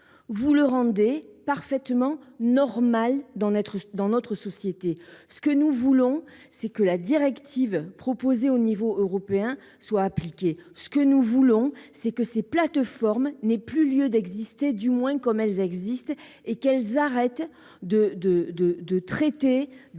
vous le rendez parfaitement normal dans notre société. Ce que nous voulons, c’est que la directive proposée à l’échelon européen soit appliquée. Ce que nous voulons, c’est que ces plateformes n’existent plus, en tout cas plus dans la forme dans laquelle elles existent, et qu’elles arrêtent de traiter les